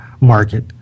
market